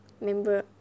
member